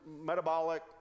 metabolic